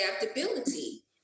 adaptability